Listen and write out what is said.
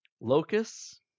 locusts